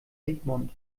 sigmund